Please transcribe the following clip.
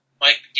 Mike